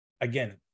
again